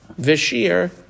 Vishir